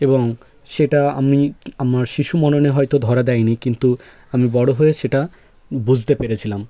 এবং সেটা আমি আমার শিশু মননে হয়তো ধরা দেয়নি কিন্তু আমি বড় হয়ে সেটা বুঝতে পেরেছিলাম